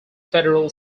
federal